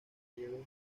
relieves